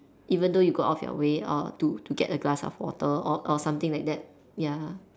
even though you got off your way uh to to get a glass of water or or something like that ya